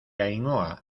ainhoa